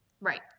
Right